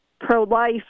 pro-life